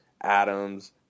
Adams